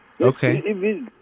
Okay